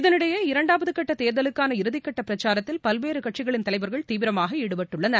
இதனிடையே இரண்டாவது கட்ட தேர்தலுக்கான இறுதிக்கட்ட பிரச்சாரத்தில் பல்வேறு கட்சிகளின் தலைவர்கள் தீவிரமாக ஈடுபட்டுள்ளனர்